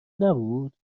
نبود